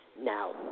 now